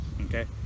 Okay